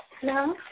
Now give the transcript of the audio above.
Hello